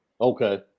Okay